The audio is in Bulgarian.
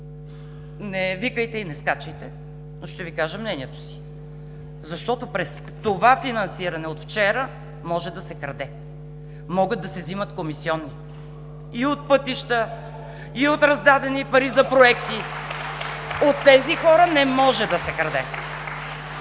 Не викайте и не скачайте, но ще Ви кажа мнението си! Защото през това финансиране от вчера може да се краде, могат да се вземат комисионни – и от пътища, и от раздадени пари за проекти! (Ръкопляскания от „БСП за